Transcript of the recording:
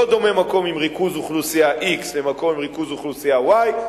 לא דומה מקום עם ריכוז אוכלוסייה x למקום עם ריכוז אוכלוסייה y,